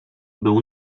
był